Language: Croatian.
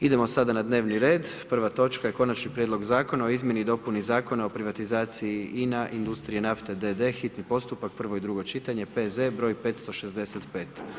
Idemo sada na dnevni red, prva točka je: Konačni prijedlog Zakona o izmjeni i dopuni Zakona o privatizaciji INA-INDUSTRIJA NAFTE d.d., hitni postupak, prvo i drugo čitanje, P.Z. br. 565.